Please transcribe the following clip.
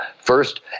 First